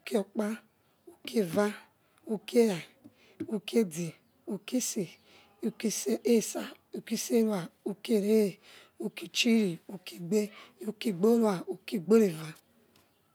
Uki okpa uki eva uki era uki edge uki ise uki esa uki iserua uki ere uki chiri uki igbe uki igborua uki igbereva.